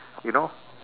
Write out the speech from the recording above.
you know